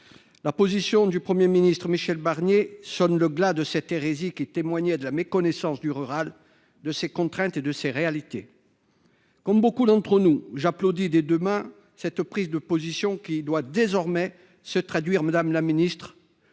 La déclaration du Premier ministre Michel Barnier sonne le glas de cette hérésie qui témoignait de la méconnaissance du rural, de ses contraintes et de ses réalités. Comme beaucoup d’entre nous, j’applaudis des deux mains sa prise de position, qui doit désormais se traduire au niveau